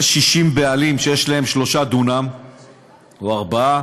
יש 60 בעלים שיש להם שלושה דונמים או ארבעה,